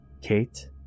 Kate